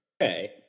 Okay